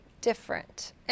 different